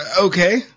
okay